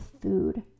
food